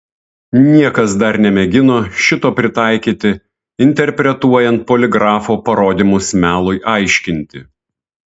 niekas dar nemėgino šito pritaikyti interpretuojant poligrafo parodymus melui aiškinti